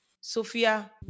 Sophia